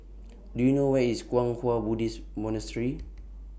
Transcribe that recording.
Do YOU know Where IS Kwang Hua Buddhist Monastery